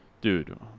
Dude